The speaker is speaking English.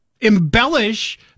embellish